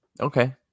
okay